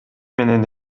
менен